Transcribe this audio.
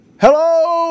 Hello